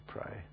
pray